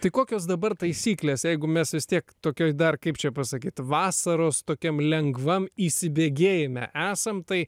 tai kokios dabar taisyklės jeigu mes vis tiek tokioj dar kaip čia pasakyt vasaros tokiam lengvam įsibėgėjime esam tai